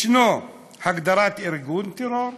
יש הגדרת ארגון טרור,